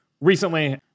recently